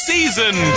Season